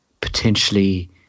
potentially